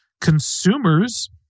consumers